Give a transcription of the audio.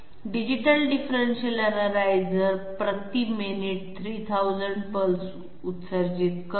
digital differential analyser प्रति minute 3000 pulse उत्सर्जित करतो